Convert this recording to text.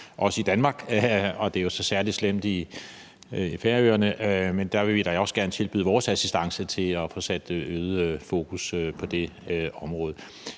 også i Danmark, og det er jo så særlig slemt i Færøerne, men der vil vi da også gerne tilbyde vores assistance til at få sat øget fokus på det område.